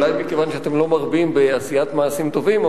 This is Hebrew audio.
אולי מכיוון שאתם לא מרבים בעשיית מעשים טובים,